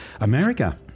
America